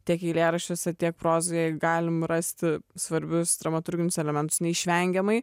tiek eilėraščiuose tiek prozoje galim rasti svarbius dramaturginius elementus neišvengiamai